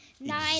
Nine